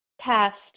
past